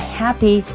happy